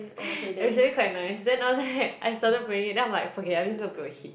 it was really quite nice then after that I started playing it then I'm like forget it I'm just going to book a hitch